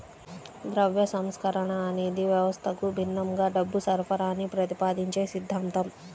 ద్రవ్య సంస్కరణ అనేది వ్యవస్థకు భిన్నంగా డబ్బు సరఫరాని ప్రతిపాదించే సిద్ధాంతం